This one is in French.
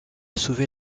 sauver